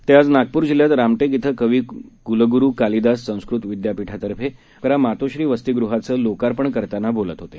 ते आज नागपूर जिल्ह्यात रामटेक इथं कवी कुलगुरू कालिदास संस्कृत विद्यापीठातर्फे मुलींचे मातोश्री वस्तीगृहाचं लोकार्पण करताना बोलत होते